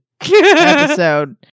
episode